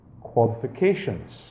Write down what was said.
qualifications